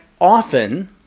often